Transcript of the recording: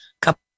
couple